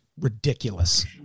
ridiculous